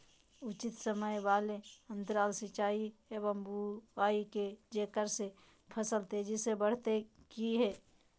उचित समय वाले अंतराल सिंचाई एवं बुआई के जेकरा से फसल तेजी से बढ़तै कि हेय?